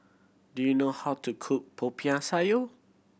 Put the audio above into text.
do you know how to cook Popiah Sayur